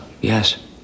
Yes